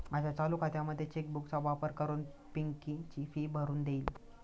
माझ्या चालू खात्यामधून चेक बुक चा वापर करून पिंकी ची फी भरून देईल